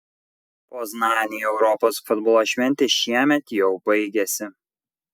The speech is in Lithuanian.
poznanei europos futbolo šventė šiemet jau baigėsi